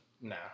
no